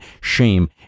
Shame